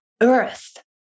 Earth